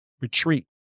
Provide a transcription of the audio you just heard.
retreat